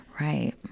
right